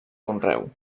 conreu